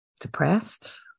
depressed